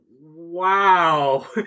wow